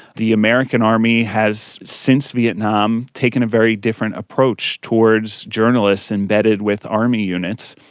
the american army has, since vietnam, taken a very different approach towards journalists embedded with army units.